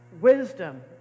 wisdom